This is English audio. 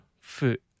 foot